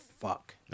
fuck